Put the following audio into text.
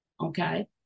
Okay